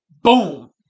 boom